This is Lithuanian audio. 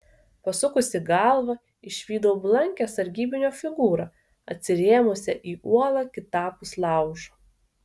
pasukusi galvą išvydau blankią sargybinio figūrą atsirėmusią į uolą kitapus laužo